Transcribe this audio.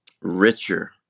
richer